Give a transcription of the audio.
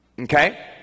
okay